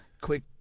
Quick